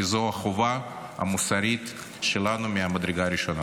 כי זו החובה המוסרית שלנו ממדרגה ראשונה.